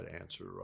answer